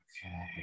Okay